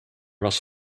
was